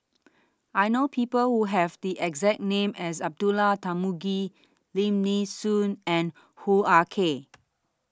I know People Who Have The exact name as Abdullah Tarmugi Lim Nee Soon and Hoo Ah Kay